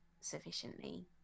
sufficiently